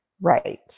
Right